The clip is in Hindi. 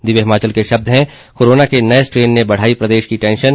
दिव्य हिमाचल के शब्द हैं कोरोना के नए स्ट्रेन ने बढ़ाई प्रदेश की टेंशन